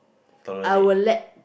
tolerate